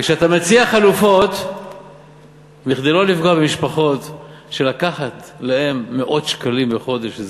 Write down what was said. וכשאתה מציע חלופות כדי שלא לפגוע במשפחות שלקחת להם מאות שקלים בחודש,